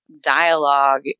dialogue